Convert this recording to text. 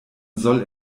soll